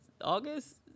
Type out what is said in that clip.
august